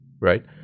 right